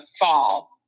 fall